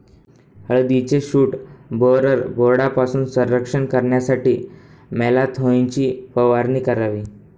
हळदीचे shoot borer बोर्डपासून संरक्षण करण्यासाठी मॅलाथोईनची फवारणी करावी